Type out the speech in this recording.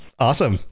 Awesome